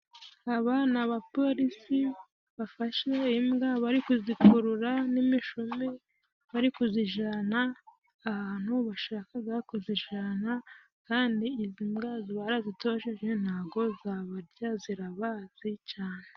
Aba ni abapolisi bafashe imbwa bari kuzikurura n'imishumi bari kuzijana ahantu bashakaga kuzijana kandi izi mbwa barazitojeje ntago zabarya zirabazi cane.